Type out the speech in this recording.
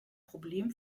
problem